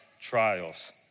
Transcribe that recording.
trials